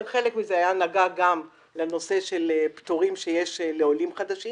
אבל חלק מזה נגע גם לנושא של פטורים שיש לעולים חדשים